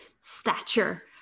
stature